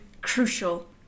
crucial